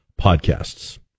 podcasts